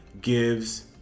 gives